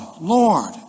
Lord